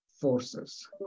forces